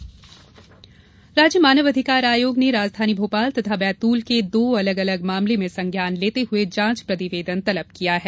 मानव अधिकार आयोग राज्य मानव अधिकार आयोग ने राजधानी भोपाल तथा बैतूल के दो अलग अलग मामले में संज्ञान लेते हुए जांच प्रतिवेदन तलब किया है